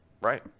Right